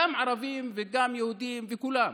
גם ערבים וגם יהודים וכולם,